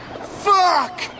Fuck